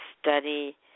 study